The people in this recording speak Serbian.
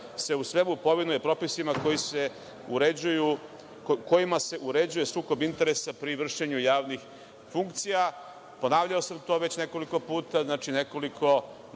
se u svemu povinuje propisima kojima se uređuje sukob interesa pri vršenju javnih funkcija. Ponavljao sam to već nekoliko puta, nekoliko